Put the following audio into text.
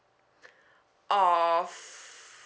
of